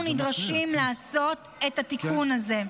אנחנו נדרשים לעשות את התיקון הזה.